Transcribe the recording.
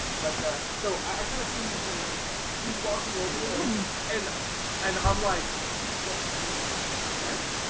but so i kind of see you kind of like speed walking over there i mean and and i'm like what what what what?